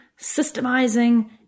systemizing